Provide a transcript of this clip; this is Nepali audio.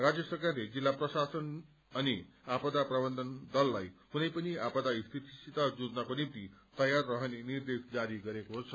राज्य सरकारले जिल्ला प्रशासन अनि आपदा प्रबन्धन दललाई कुनै पनि आपदा स्थितिसित जुझ्नको निम्ति तयार रहने निर्देश जारी गरेको छ